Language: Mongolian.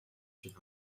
шиг